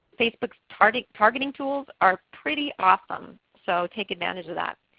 facebook's targeting targeting tools are pretty awesome. so take advantage of that.